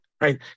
Right